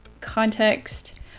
context